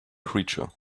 creature